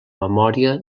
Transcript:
memòria